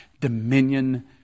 Dominion